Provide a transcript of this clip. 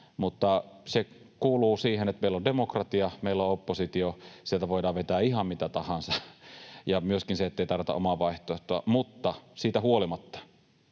mutta se kuuluu siihen, että meillä on demokratia, meillä on oppositio, ja sieltä voidaan vetää ihan mitä tahansa ja myöskin se, ettei tarjota omaa vaihtoehtoa. Mutta siitä huolimatta,